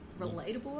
relatable